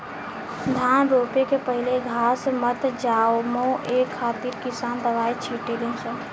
धान रोपे के पहिले घास मत जामो ए खातिर किसान दवाई छिटे ले सन